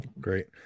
Great